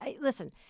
Listen